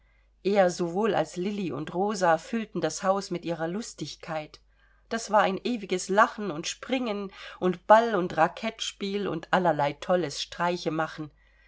er sowohl als lilli und rosa füllten das haus mit ihrer lustigkeit das war ein ewiges lachen und springen und ball und raquette spiel und allerlei tolles